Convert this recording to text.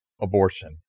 abortion